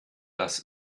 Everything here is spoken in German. das